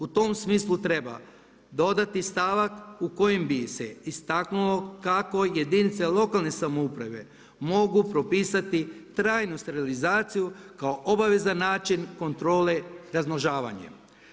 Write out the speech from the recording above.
U tom smislu treba dodati stavak u kojem bi se istaknulo kako jedinice lokalne samouprave mogu propisati trajnu sterilizaciju kao obavezan način kontrole razmnožavanjem.